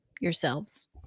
yourselves